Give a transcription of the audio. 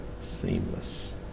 Seamless